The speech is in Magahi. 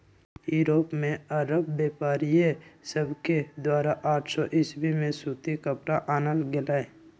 यूरोप में अरब व्यापारिय सभके द्वारा आठ सौ ईसवी में सूती कपरा आनल गेलइ